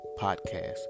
podcast